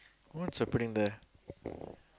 what's happening there